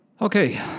Okay